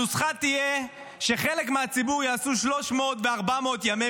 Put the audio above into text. הנוסחה תהיה שחלק מהציבור יעשו 300 ו-400 ימי